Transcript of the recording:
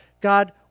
God